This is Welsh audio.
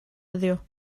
heddiw